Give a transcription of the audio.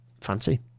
fancy